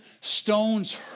stones